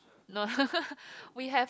no we have